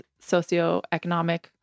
socioeconomic